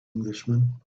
englishman